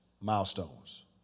milestones